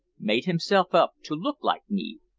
made himself up to look like me,